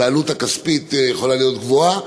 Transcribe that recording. והעלות הכספית יכולה להיות גבוהה,